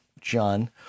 John